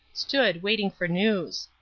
stood waiting for news.